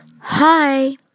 Hi